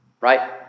right